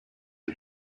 and